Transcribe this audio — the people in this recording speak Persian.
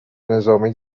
نظامی